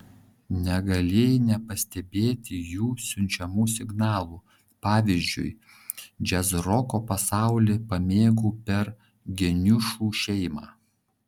negalėjai nepastebėti jų siunčiamų signalų pavyzdžiui džiazroko pasaulį pamėgau per geniušų šeimą